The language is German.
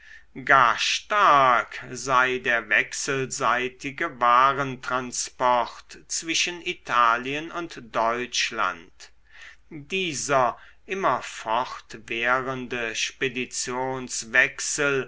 gar stark sei der wechselseitige warentransport zwischen italien und deutschland dieser immerfortwährende